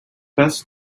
best